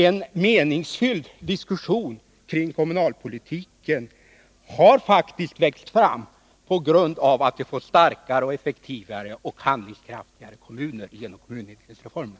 En meningsfull diskussion kring kommunalpolitiken har faktiskt växt fram på grund av att vi har fått starkare, effektivare och handlingskraftigare kommuner genom kommunindelningsreformen.